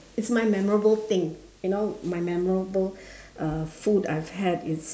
it's my memorable thing you know my memorable uh food I've had is